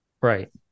Right